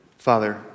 Father